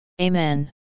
Amen